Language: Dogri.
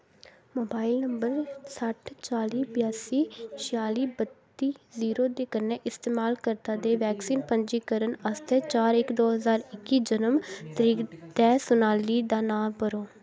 मोबाइल नंबर सट्ठ चाली ब्यासी छयाली बत्ती जीरो दे कन्नै इस्तेमालकर्ता दे वैक्सीन पंजीकरण आस्तै चार इक दो ज्हार इक्की जन्म तरीक ते सुनाली दा नांऽ भरो